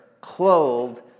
clothed